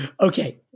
Okay